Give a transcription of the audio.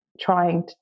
trying